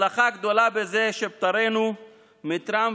הצלחה גדולה בזה שנפטרנו מטראמפ,